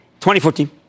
2014